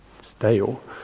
stale